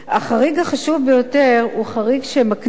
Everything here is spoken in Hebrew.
החריג החשוב ביותר הוא חריג שמקנה זכות,